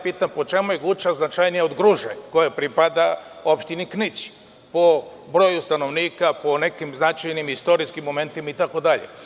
Pitam, po čemu je Guča značajnija od Gruže koja pripada opštini Knić, po broju stanovnika i po nekim značajnim istorijskim momentima itd?